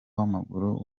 w’amaguru